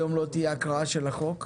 היום לא תהיה הקראה של החוק,